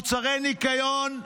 מוצרי ניקיון,